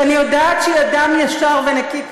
שאני יודעת שהיא אדם ישר ונקי כפיים.